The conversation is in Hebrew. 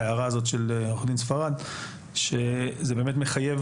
ההערה הזאת של עו"ד ספרד זה באמת מחייב